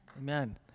Amen